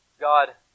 God